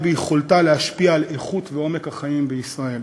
ביכולתה להשפיע על איכות ועומק החיים בישראל.